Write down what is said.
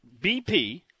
BP